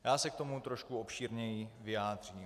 Já se k tomu trošku obšírněji vyjádřím.